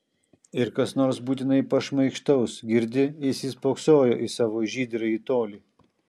ir kas nors būtinai pašmaikštaus girdi įsispoksojo į savo žydrąjį tolį